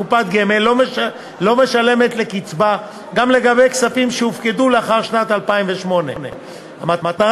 מקופת גמל לא משלמת לקצבה גם לגבי כספים שהופקדו לאחר שנת 2008. המטרה